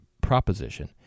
proposition